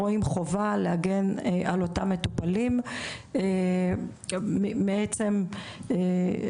אנחנו רואים חובה להגן על אותם מטופלים מעצם רווחתם,